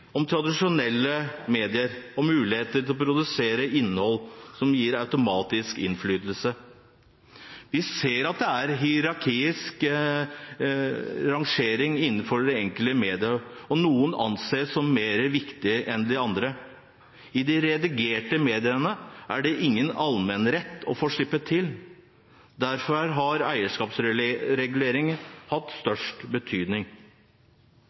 om tradisjonelle medier, og muligheten til å produsere innhold gir ikke automatisk innflytelse. Vi ser at det er hierarkisk rangering innenfor enkelte medier, og noen anses som mer viktige enn andre. I de redigerte mediene er det ingen allmennrett å få slippe til. Derfor er det her eierskapsreguleringen har hatt størst betydning.